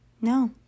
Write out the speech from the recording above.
No